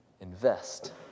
invest